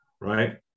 right